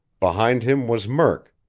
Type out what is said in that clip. behind him was murk,